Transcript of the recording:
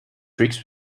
tricks